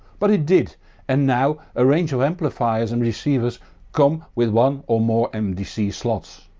but it did and now a range of amplifiers and receivers come with one or more mdc slots.